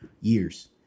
years